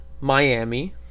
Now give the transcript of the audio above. Miami